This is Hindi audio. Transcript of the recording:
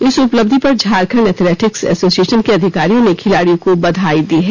इस उपलब्धि पर झारखंड एथलेटिक्स एसोसिएशन के अधिकारियों ने खिलाड़ियों को बधाई दी है